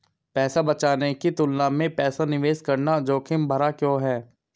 पैसा बचाने की तुलना में पैसा निवेश करना जोखिम भरा क्यों है?